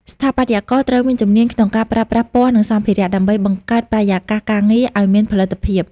ស្ថាបត្យករត្រូវមានជំនាញក្នុងការប្រើប្រាស់ពណ៌ និងសម្ភារៈ ដើម្បីបង្កើតបរិយាកាសការងារឱ្យមានផលិតភាព។